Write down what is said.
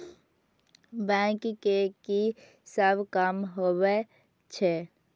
Bank के की सब काम होवे छे?